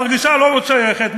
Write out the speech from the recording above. מרגישה לא שייכת,